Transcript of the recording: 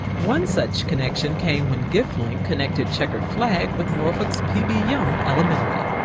one such connection came when giftlink connected checkered flag with norfolk's p b. young elementary.